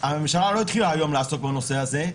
הממשלה לא התחילה היום לעסוק בנושא הזה,